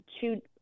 two